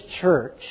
church